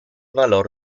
valor